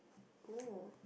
oh